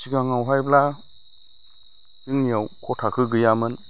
सिगाङावहायब्ला जोंनियाव ख' थाखो गैयामोन